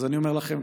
אז אני אומר לכם,